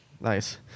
Nice